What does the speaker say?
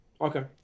Okay